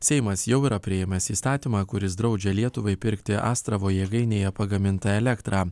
seimas jau yra priėmęs įstatymą kuris draudžia lietuvai pirkti astravo jėgainėje pagamintą elektrą